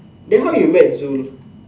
then where you met Zul